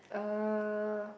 uh